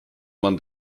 man